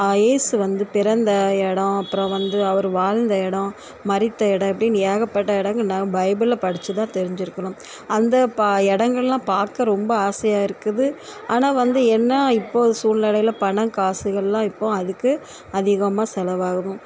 இயேசு வந்து பிறந்த இடம் அப்புறம் வந்து அவர் வாழ்ந்த இடம் மரித்த இடம் இப்படின்னு ஏகப்பட்ட இடங்கள் நான் பைபிளில் படிச்சி தான் தெரிஞ்சிருக்கணும் அந்த பா இடங்கள்லாம் பார்க்க ரொம்ப ஆசையாக இருக்குது ஆனால் வந்து என்ன இப்போது சூழ்நெலையில பணம் காசுகள்லாம் இப்போது அதுக்கு அதிகமாக செலவாகும்